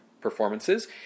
performances